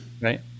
Right